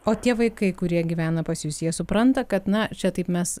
o tie vaikai kurie gyvena pas jus jie supranta kad na čia taip mes